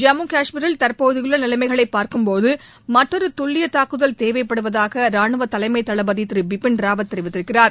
ஜம்மு கஷ்மீரில் தற்போதுள்ள நிலைமைகளை பார்க்கும்போது மற்றொரு துல்லிய தாக்குதல் தேவைப்படுவதாக ராணுவ தலைமை தளபதி திரு பிபின் ராவத் தெரிவித்திருக்கிறார்